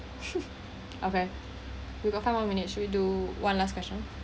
okay we got five more minute should we do one last question